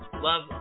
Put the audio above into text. love